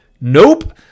Nope